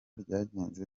ryagenze